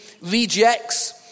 rejects